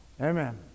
Amen